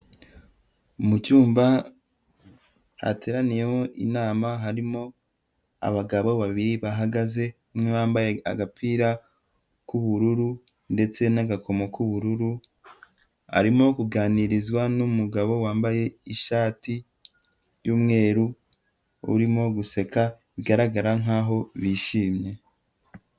Mu cyumba hateraniyemo inama, harimo abagabo babiri bahagaze, umwe wambaye agapira k'ubururu ndetse n'agakomo k'ubururu, arimo kuganirizwa n'umugabo wambaye ishati y'umweru, urimo guseka bigaragara nkaho bishimye.